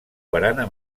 barana